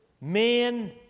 men